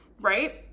right